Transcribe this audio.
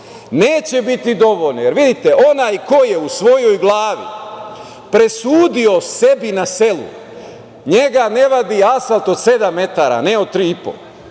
Neće biti dovoljno, jer vidite, onaj ko je u svojoj glavi presudio sebi na selu, njega ne vadi asfalt od sedam metara, ne od tri